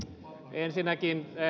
ensinnäkin